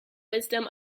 wisdom